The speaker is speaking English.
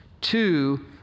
Two